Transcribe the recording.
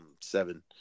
seven